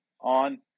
on